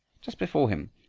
just before him,